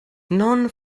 non